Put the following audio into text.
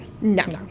No